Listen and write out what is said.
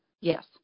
Yes